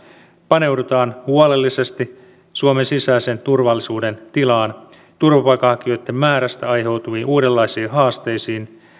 paneudutaan huolellisesti suomen sisäisen turvallisuuden tilaan turvapaikanhakijoiden määrästä aiheutuviin uudenlaisiin haasteisiin